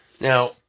Now